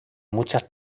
muchas